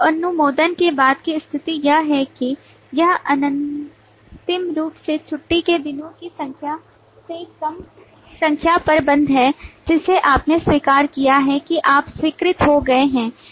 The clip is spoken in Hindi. अनुमोदन के बाद की स्थिति यह है कि यह अनंतिम रूप से छुट्टी के दिनों की संख्या से कम संख्या पर बंद है जिसे आपने स्वीकार किया है कि आप स्वीकृत हो गए हैं